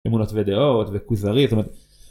אמונות ודעות, וכוזרי, זאת אומרת